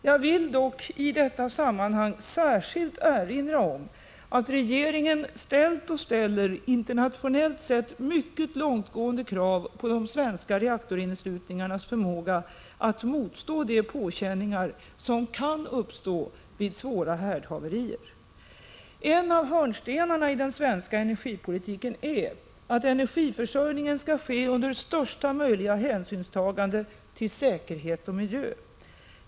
Jag vill dock i detta sammanhang erinra om att regeringen ställt internationellt sett mycket långtgående krav på de svenska reaktorinneslutningarnas förmåga att motstå de påkänningar som kan uppstå vid svåra härdhaverier. En av hörnstenarna i den svenska energipolitiken är att energiförsörjningen skall ske under största möjliga hänsynstagande till säkerhet och miljö.